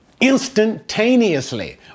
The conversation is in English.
instantaneously